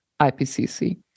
IPCC